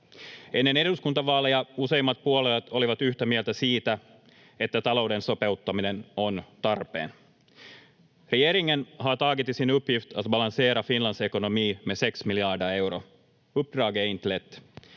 Ennen eduskuntavaaleja useimmat puolueet olivat yhtä mieltä siitä, että talouden sopeuttaminen on tarpeen. Regeringen har tagit till sin uppgift att balansera Finlands ekonomi med sex miljarder euro. Uppdraget är inte